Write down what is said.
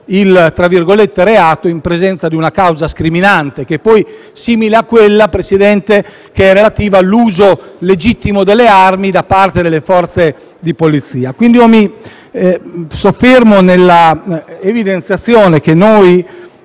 il "reato" in presenza di una causa scriminante simile a quella precedente che è relativa al uso legittimo delle armi da parte delle Forze di polizia. Quindi mi soffermo nella evidenziazione che noi